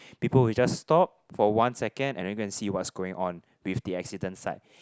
people will just stop for one second and then go and see what's going on with the accident site